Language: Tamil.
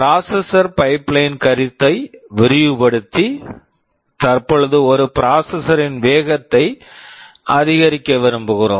ப்ராசஸர் processor பைப்லைன் pipeline கருத்தை விரிவுபடுத்தி தற்பொழுது ஒரு ப்ராசஸர் processor -ன் வேகத்தை அதிகரிக்க விரும்புகிறோம்